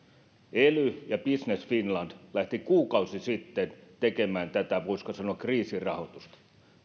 ely ja business finland lähtivät kuukausi sitten tekemään tätä voisiko sanoa kriisirahoitusta